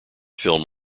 film